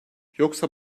yoksa